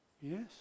Yes